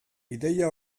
ideia